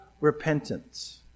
Repentance